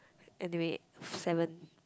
anyway seven